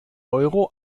euro